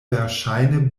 verŝajne